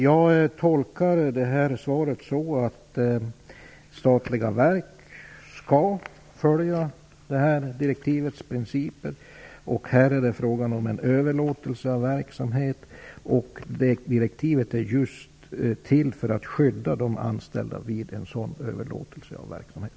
Jag tolkar svaret så att statliga verk skall följa direktivets principer. Här är det fråga om en överlåtelse av verksamhet, och direktivet är till just för att skydda de anställda vid en sådan överlåtelse av verksamhet.